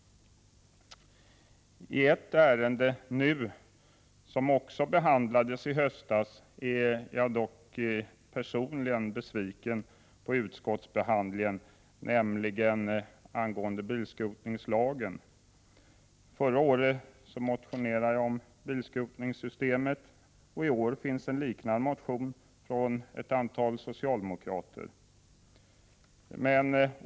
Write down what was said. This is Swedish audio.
I ett ärende, som också behandlades i höstas, är jag dock personligen besviken på utskottsbehandlingen, nämligen det angående bilskrotningslagen. Förra året motionerade jag om bilskrotningssystemet, och i år finns en liknande motion från ett antal socialdemokrater.